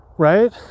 right